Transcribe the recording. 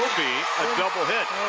be a double hit.